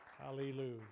Hallelujah